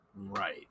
Right